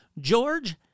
George